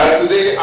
today